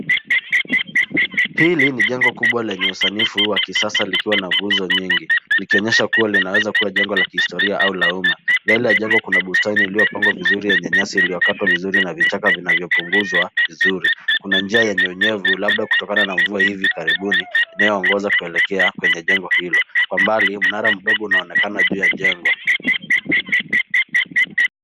Hili ni jengo kubwa lenye usanifu wa kisasa likiwa na nguzo nyingi likionyesha kuwa linaweza kuwa jengo la kihistoria au la umma. Mbele ya jengo kuna bustani iliyopangwa vizuri yenye nyasi iliyokatwa vizuri na vichaka vinavyopunguza vizuri. Kuna njia yenye unyevu labda kutokana na mvua hivi karibuni inayoongoza kuelekea kwenye jengo hilo. Kwa mbali mnara mdogo unaonekana juu ya jengo.